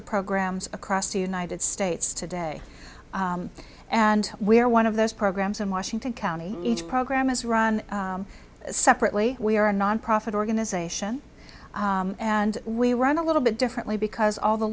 a programs across the united states today and we are one of those programs in washington county each program is run separately we are a nonprofit organization and we run a little bit differently because all the